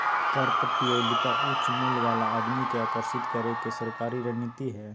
कर प्रतियोगिता उच्च मूल्य वाला आदमी के आकर्षित करे के सरकारी रणनीति हइ